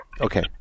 Okay